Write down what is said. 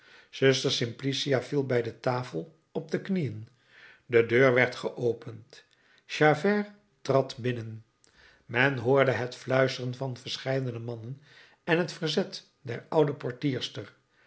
zuster simplicia viel bij de tafel op de knieën de deur werd geopend javert trad binnen men hoorde het fluisteren van verscheidene mannen en het verzet der oude